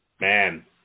man